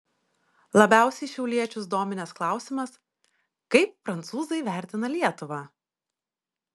labiausiai šiauliečius dominęs klausimas kaip prancūzai vertina lietuvą